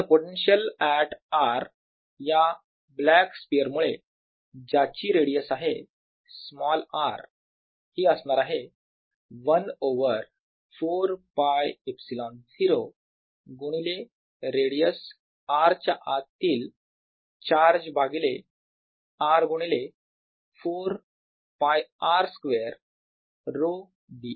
आता potential at r या black sphere मुळे ज्याची रेडियस आहे स्मॉल r ही असणार आहे 1 ओवर 4 π ε0 गुणिले रेडियस r च्या आतील चार्ज भागिले r गुणिले 4 π r स्क्वेअर ρd r